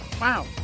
Wow